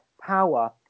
power